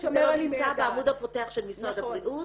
להגיד שזה לא נמצא בעמוד הפותח של משרד הבריאות.